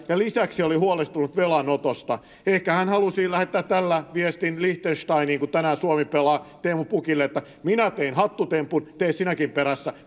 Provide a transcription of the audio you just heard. ja lisäksi oli huolestunut velanotosta ehkä hän halusi lähettää tällä viestin teemu pukille liechtensteiniin kun tänään suomi pelaa että minä tein hattutempun tee sinäkin perässä